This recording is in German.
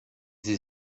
sie